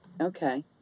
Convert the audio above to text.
Okay